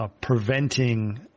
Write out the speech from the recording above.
preventing